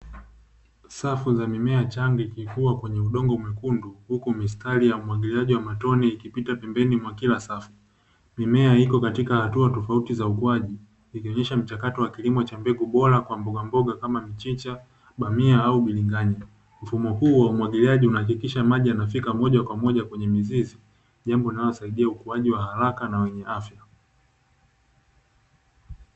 Safu za mimea chambi kifua kwenye udongo mwekundu huku mistari ya umwagiliaji wa matone ikipita pembeni mwa kila safu; mimea iko katika hatua tofauti za uuaji ikionyesha mchakato wa kilimo cha mbegu bora, kwa mbogamboga kama mhicha, bamia au bilinganya, mfumo huu wa umwagiliaji unahakikisha maji yanafika moja kwa moja kwenye mizizi, jambo linalosaidia ukuaji wa haraka na wenye afya.